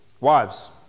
Wives